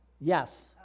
Yes